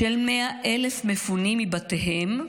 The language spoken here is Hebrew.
של 100,000 מפונים מבתיהם,